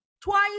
twice